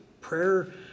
Prayer